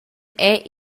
era